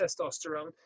testosterone